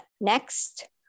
next